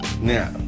now